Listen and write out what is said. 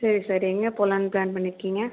சரி சார் எங்கே போகலான்னு பிளான் பண்ணிருக்கீங்க